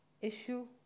issue